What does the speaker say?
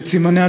שאת סימניה,